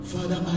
Father